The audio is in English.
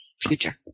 future